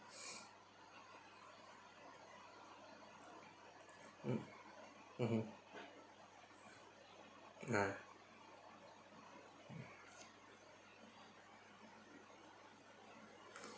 mm mmhmm ah